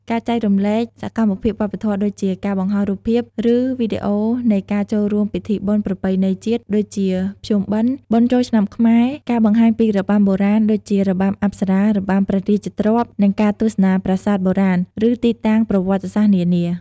ការចែករំលែកសកម្មភាពវប្បធម៌ដូចជា ការបង្ហោះរូបភាព ឬវីដេអូនៃការចូលរួមពិធីបុណ្យប្រពៃណីជាតិ ដូចជាភ្ជុំបិណ្ឌ បុណ្យចូលឆ្នាំខ្មែរ ការបង្ហាញពីរបាំបុរាណ ដូចជា របាំអប្សរា របាំព្រះរាជទ្រព្យ និង ការទស្សនាប្រាសាទបុរាណ ឬទីតាំងប្រវត្តិសាស្ត្រនានា។